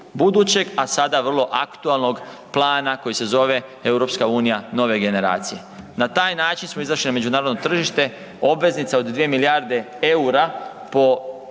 budućeg, a sada vrlo aktualnog plana koji se zove EU nove generacije. Na taj način smo izašli na međunarodno tržište, obveznica od 2 milijarde EUR-a po